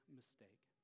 mistake